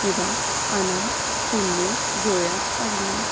Hiba Anam Sumi Zoya Arina